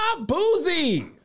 Boozy